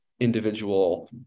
individual